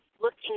looking